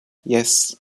yes